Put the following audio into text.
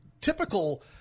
typical